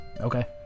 Okay